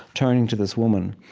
turning to this woman.